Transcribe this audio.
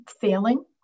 failing